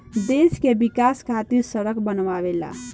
देश के विकाश खातिर सड़क बनावेला